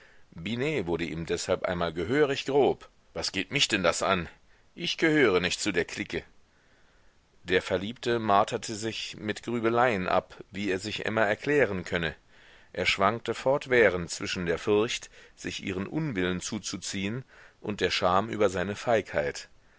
wurde ihm deshalb einmal gehörig grob was geht mich denn das an ich gehöre nicht zu der clique der verliebte marterte sich mit grübeleien ab wie er sich emma erklären könne er schwankte fortwährend zwischen der furcht sich ihren unwillen zuzuziehen und der scham über seine feigheit